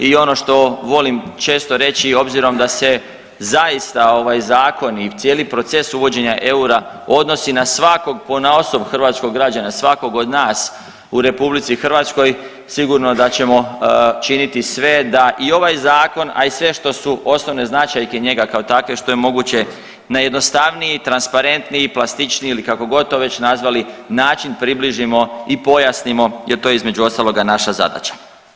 I ono što volim često reći obzirom da se zaista ovaj zakon i cijeli proces uvođenja eura odnosi na svakog ponaosob hrvatskog građana, svakog od nas u Republici Hrvatskoj sigurno da ćemo činiti sve da i ovaj zakon, a i sve što su osnovne značajke njega kao takve što je moguće na jednostavniji, transparentniji, plastičniji ili kako god to već nazvali način približimo i pojasnimo jer to je između ostaloga naša zadaća.